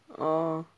oh